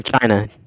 China